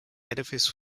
edifice